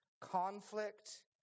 conflict